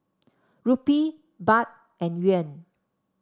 Rupee Baht and Yuan